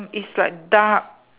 it's like dark